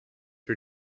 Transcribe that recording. her